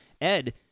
Ed